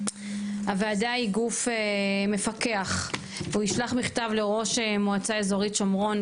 הוועדה היא גוף מפקח והוא ישלח מכתב לראש מועצה אזורית שומרון,